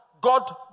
God